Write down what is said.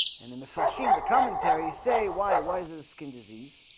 and in the fushime the commentaries say why why is it the skin disease?